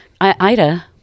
Ida